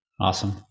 Awesome